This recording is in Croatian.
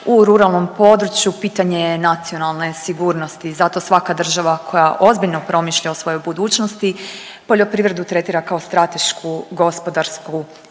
u ruralnom području, pitanje je nacionalne sigurnosti. Zato svaka država koja ozbiljno promišlja o svojoj budućnosti poljoprivredu tretira kao stratešku gospodarsku